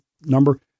number